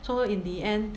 so in the end